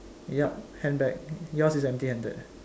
yup handbag yours is empty handed ah